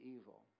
evil